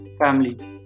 family